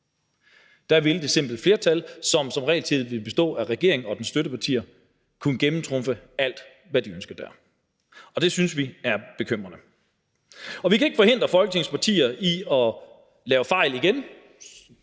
Der vil det simple flertal, der som regel vil bestå af regeringen og dens støttepartier, kunne gennemtrumfe alt, hvad de ønsker dér, og det synes vi er bekymrende. Vi kan ikke forhindre Folketingets partier i at lave fejl igen.